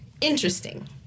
interesting